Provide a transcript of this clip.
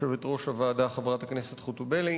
יושבת-ראש הוועדה, חברת הכנסת חוטובלי.